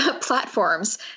platforms